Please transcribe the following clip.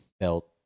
felt